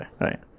Right